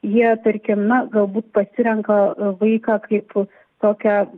jie tarkim na galbūt pasirenka vaiką kaip tokią